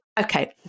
Okay